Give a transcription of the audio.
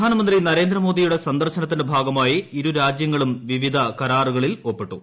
പ്രധാന മന്ത്രി നരേന്ദ്രമോദിയുടെ സന്ദർശനത്തിന്റെ ഭാഗമായി ഇരു രാജ്യങ്ങളും വിവിധ കരാറുകളിൽ ഒപ്പിട്ടു